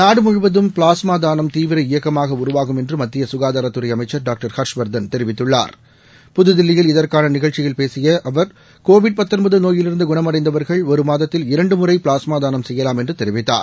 நாடுமுழுவதும் பிளாஸ்மாதானம் தீவிர இயக்கமாகஉருவாகும் என்றுமத்தியசுகாதாரத் துறைஅமைச்சர் டாக்டர் ஹர்ஷ் வர்தன் தெரிவித்துள்ளார் புதுதில்லியில் இதற்கானநிகழ்ச்சியில் பேசியஅவர் கோவிடநோயிலிருந்துகுணமடைந்தவர்கள் ஒருமாதத்தில் இரண்டுமுறைபிளாஸ்மாதானம் செய்யலாம் என்றுதெரிவித்தார்